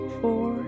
four